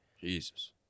Jesus